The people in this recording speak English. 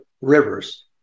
Rivers